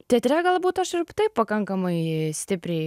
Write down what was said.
teatre galbūt aš ir taip pakankamai stipriai